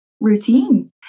routine